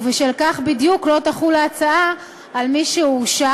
ובשל כך בדיוק לא תחול ההצעה על מי שהורשע